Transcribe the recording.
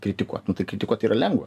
kritikuot nu tai kritikuot yra lengva